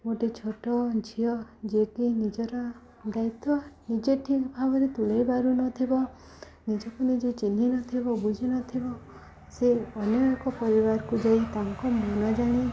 ଗୋଟେ ଛୋଟ ଝିଅ ଯିଏକି ନିଜର ଦାୟିତ୍ୱ ନିଜେ ଠିକ ଭାବରେ ତୁଲେଇ ପାରୁନଥିବ ନିଜକୁ ନିଜେ ଚିହ୍ନଥିବ ବୁଝିନଥିବ ସେ ଅନ୍ୟ ଏକ ପରିବାରକୁ ଯାଇ ତାଙ୍କୁ ମନ ଜାଣି